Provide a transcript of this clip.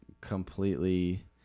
completely